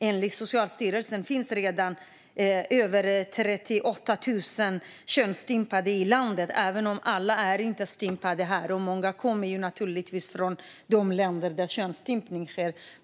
Enligt Socialstyrelsen finns över 38 000 könsstympade i landet, även om inte alla har stympats här. Många kommer från de länder där könsstympning sker.